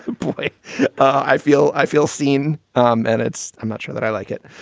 boy i feel i feel seen um and it's i'm not sure that i like it.